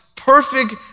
perfect